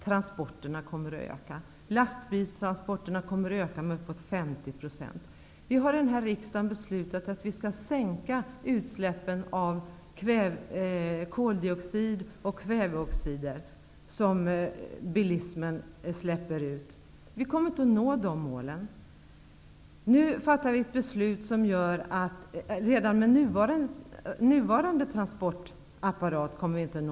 Transporterna kommer nämligen att öka -- lastbilstransporterna med uppemot 50 %. Vi i riksdagen har beslutat att bilismens utsläpp av koldioxid och kväveoxider skall minskas. Men vi kommer inte att nå uppsatta mål. Med nuvarande transportapparat gör vi inte det.